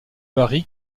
barry